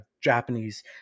Japanese